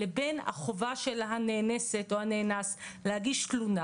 לבין החובה של הנאנסת או הנאנס להגיש תלונה.